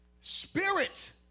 spirit